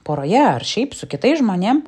poroje ar šiaip su kitais žmonėm